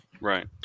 Right